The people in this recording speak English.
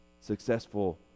successful